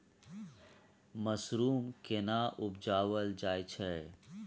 Mushroom केना उबजाबल जाय छै?